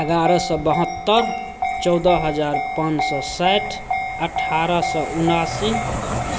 एगारह सओ बहत्तरि चौदह हजार पाँच सओ साठि अठारह सओ उनासी